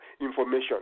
information